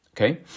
Okay